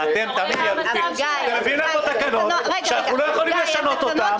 אתם מביאים לנו תקנות שאנחנו לא יכולים לשנות אותן.